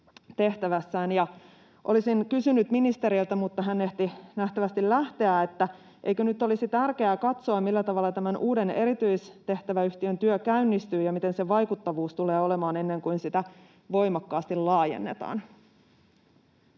tehtävässään. Olisin kysynyt ministeriltä, mutta hän ehti nähtävästi lähteä, että eikö nyt olisi tärkeää katsoa, millä tavalla tämän uuden erityistehtäväyhtiön työ käynnistyy ja mitä sen vaikuttavuus tulee olemaan, ennen kuin sitä voimakkaasti laajennetaan.